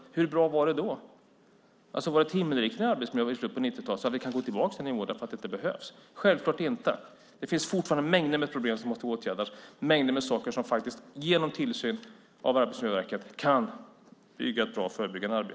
Hur bra var det då? Var arbetsmiljön ett himmelrike i slutet av 90-talet? Då hade vi kanske fått tillbaka nivån. Självklart inte. Det finns fortfarande mängder av problem som måste åtgärdas och mängder av saker som med hjälp av tillsyn av Arbetsmiljöverket kan bygga upp ett bra förebyggande arbete.